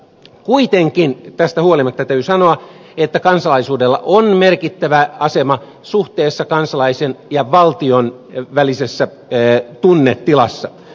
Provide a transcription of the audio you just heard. kuitenkin tästä huolimatta täytyy sanoa että kansalaisuudella on merkittävä asema kansalaisen ja valtion välisessä tunnetilassa